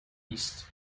east